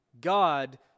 God